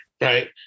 right